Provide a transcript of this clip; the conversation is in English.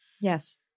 Yes